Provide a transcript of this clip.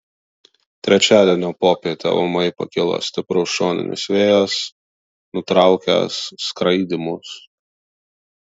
trečiadienio popietę ūmai pakilo stiprus šoninis vėjas nutraukęs skraidymus